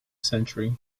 century